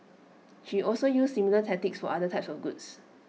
she also used similar tactics for other types of goods